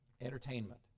Entertainment